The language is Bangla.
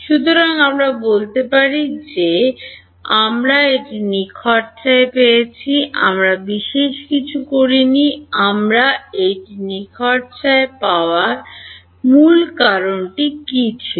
সুতরাং আমরা বলতে পারি যে আমরা এটি নিখরচায় পেয়েছি আমরা বিশেষ কিছু করি নি আমরা এইটি নিখরচায় পাওয়ার মূল কারণটি কী ছিল